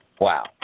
Wow